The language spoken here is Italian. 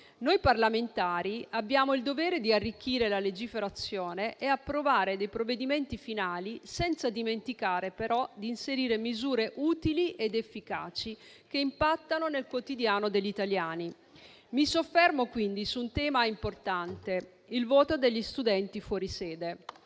Noi parlamentari abbiamo il dovere di arricchire la legiferazione e approvare i provvedimenti finali, senza dimenticare però di inserire misure utili ed efficaci che impattano nel quotidiano degli italiani. Mi soffermo, quindi, su un tema importante: il voto degli studenti fuori sede.